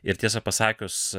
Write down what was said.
ir tiesą pasakius